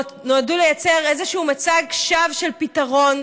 שנועדו לייצר איזשהו מצג שווא של פתרון,